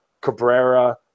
Cabrera